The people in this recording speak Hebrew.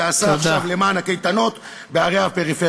שעשה עכשיו למען הקייטנות בערי הפריפריה.